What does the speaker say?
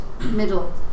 middle